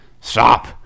stop